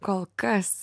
kol kas